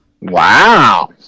Wow